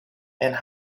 and